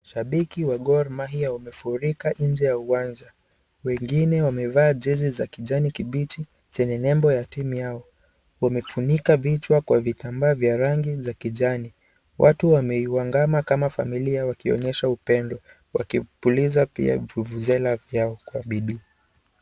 Shabiki wa Gor Mahia wamefurika nje ya uwanja. Wengine wamevaa jezi za kijani kibichi, chenye nembo ya timu yao. Wamefunika vichwa kwa vitambaa vya rangi za kijani. Watu wameungana kama familia wakionyesha upendo, wakipuliza pia vuvuzela vyao kwa bidii.